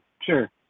sure